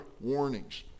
warnings